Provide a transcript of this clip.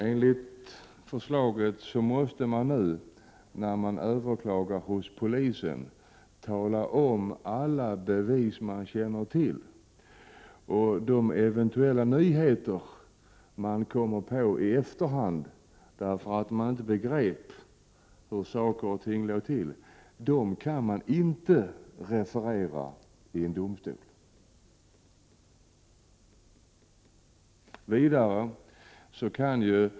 Enligt förslaget måste man nu, redan då man klagar hos polisen, redovisa alla bevis man känner till. De eventuella nyheter man kommer på i efterhand, därför att man från början inte begrep hur saker och ting låg till, kan inte åberopas i domstol.